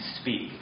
speak